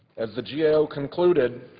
as the g a o. concluded,